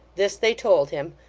this they told him,